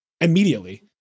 immediately